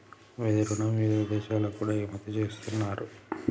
వెదురును వివిధ దేశాలకు కూడా ఎగుమతి చేస్తున్నారు